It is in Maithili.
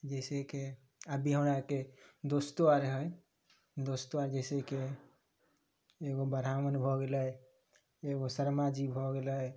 जइसेकि अभी हमरा आरके दोस्तो आर हइ दोस्तो आर जइसेकि एगो ब्राह्मण भऽ गेलै एगो शर्माजी भऽ गेलै